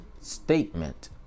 statement